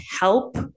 help